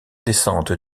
descente